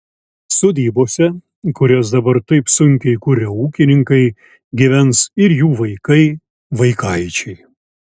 sodybose kurias dabar taip sunkiai kuria ūkininkai gyvens ir jų vaikai vaikaičiai